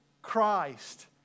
Christ